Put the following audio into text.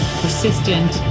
persistent